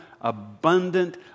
abundant